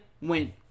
win